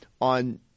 on